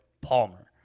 Palmer